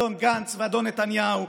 אדון גנץ ואדון נתניהו,